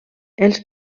els